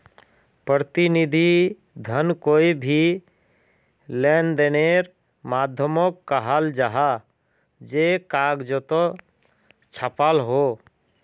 प्रतिनिधि धन कोए भी लेंदेनेर माध्यामोक कहाल जाहा जे कगजोत छापाल हो